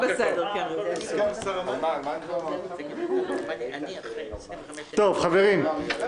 הקואליציה ממליצה למנות את צבי האוזר להיות